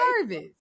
service